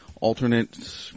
alternate